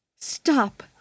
Stop